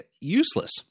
useless